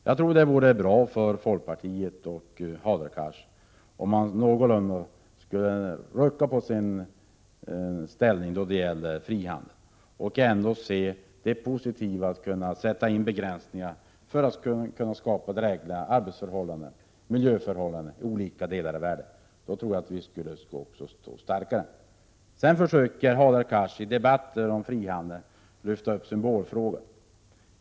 Jag tror att det vore bra för folkpartiet och Hadar Cars om han någon gång kunde rucka på sitt ställningstagande då det gäller frihandeln och se det positiva i att kunna sätta in begränsningar för att skapa drägliga arbetsförhållanden, miljöförhållanden osv. i olika delar av världen. Då tror jag att vi också skulle stå starkare. Hadar Cars försöker lyfta fram symbolfrågor i debatten om frihandel.